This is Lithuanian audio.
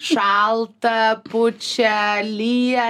šalta pučia lyja